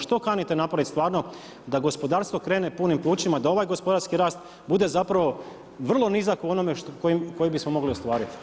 Što kanite napravit stvarno da gospodarstvo krene punim plućima, da ovaj gospodarski rast bude zapravo vrlo nizak u onome koji bismo mogli ostvariti.